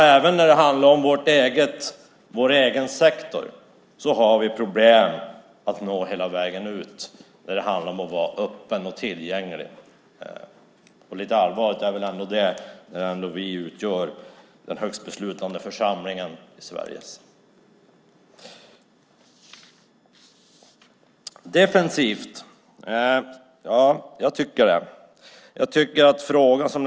Även när det handlar om vår egen sektor har vi problem att nå hela vägen ut när det gäller att vara öppen och tillgänglig. Det är väl ändå lite allvarligt eftersom riksdagen utgör den högsta beslutande församlingen i Sverige. Jag tycker att det är defensivt.